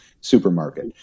supermarket